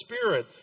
Spirit